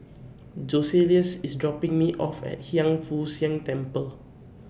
Joseluis IS dropping Me off At Hiang Foo Siang Temple